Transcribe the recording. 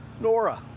Nora